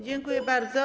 Dziękuję bardzo.